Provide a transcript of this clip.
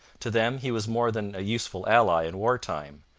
to them he was more than a useful ally in war time.